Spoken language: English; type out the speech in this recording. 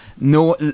No